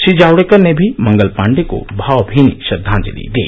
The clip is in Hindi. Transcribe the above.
श्री जावड़ेकर ने भी मंगल पांडे को भावभीनी श्रद्धांजलि दी